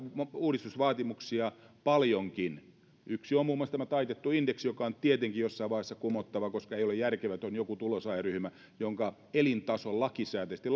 uudistusvaatimuksia paljonkin yksi on muun muassa tämä taitettu indeksi joka on tietenkin jossain vaiheessa kumottava koska ei ole järkevää että on joku tulonsaajaryhmä jonka elintaso lakisääteisesti